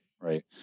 right